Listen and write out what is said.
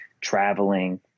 traveling